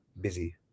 busy